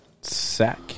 Sack